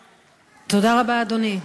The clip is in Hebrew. תודה רבה, אדוני.